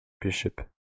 Bishop